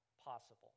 possible